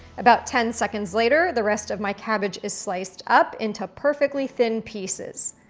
about ten seconds later the rest of my cabbage is sliced up into perfectly thin pieces.